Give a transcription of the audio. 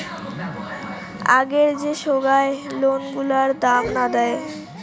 আগের যে সোগায় লোন গুলার দাম না দেয়